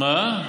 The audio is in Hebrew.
מה?